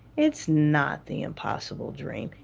it's not the impossible dream.